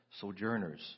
sojourners